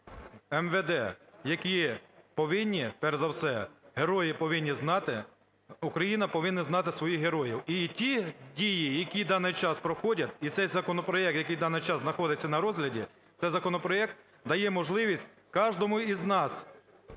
МВД, які повинні, перш за все, герої повинні знати... Україна повинна знати своїх героїв. І ті дії, які в даний час проходять і цей законопроект, який в даний час знаходиться на розгляді, це законопроект дає можливість каждому із нас